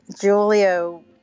Julio